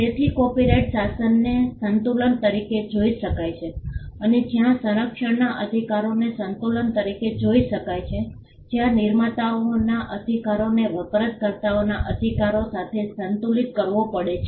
તેથી કોપિરાઇટ શાસનને સંતુલન તરીકે જોઇ શકાય છે અને જ્યાં સંરક્ષણના અધિકારોને સંતુલન તરીકે જોઇ શકાય છે જ્યાં નિર્માતાઓના અધિકારોને વપરાશકર્તાઓના અધિકારો સાથે સંતુલિત કરવો પડે છે